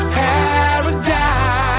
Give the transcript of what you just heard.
paradise